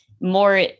more